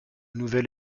nouvel